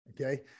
Okay